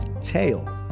tail